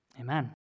amen